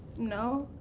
no,